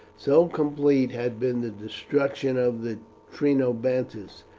so complete had been the destruction of the trinobantes,